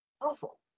Awful